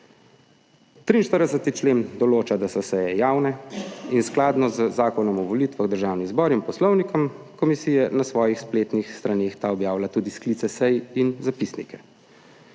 43. člen določa, da so seje javne in skladno z Zakonom o volitvah v državni zbor in poslovnikom komisije na svojih spletnih straneh ta objavlja tudi sklice sej in zapisnike.